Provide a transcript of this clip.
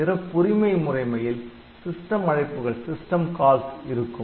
சிறப்புரிமை முறைமையில் சிஸ்டம் அழைப்புகள் இருக்கும்